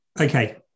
okay